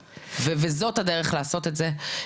זאת הדרך לעשות את זה,